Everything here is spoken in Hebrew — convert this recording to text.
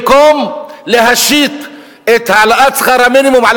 במקום להשית את העלאת שכר המינימום על